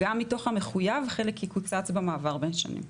גם מתוך המחויב, חלק יקוצץ במעבר בין שנים.